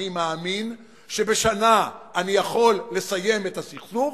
אני מאמין שבשנה אני יכול לסיים את הסכסוך,